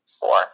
four